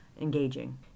engaging